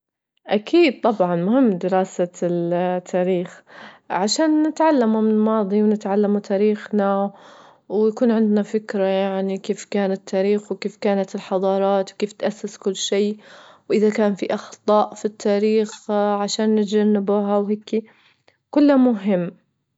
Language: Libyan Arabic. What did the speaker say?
أكيد طبعا مهم دراسة التاريخ عشان نتعلموا من الماضي، ونتعلموا تاريخنا، ويكون عندنا فكرة يعني كيف كان التاريخ، وكيف كانت الحضارات، وكيف تأسس كل شيء، وإذا كان فيه أخطاء في التاريخ عشان نتجنبها وهيكي، كله مهم.